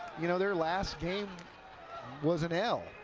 you know their last game was an l,